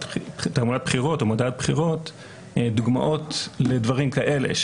בחירות או מודעת בחירות דוגמות לדברים כאלה,